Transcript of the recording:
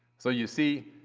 so you see,